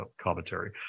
commentary